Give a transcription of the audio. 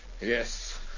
yes